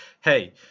Hey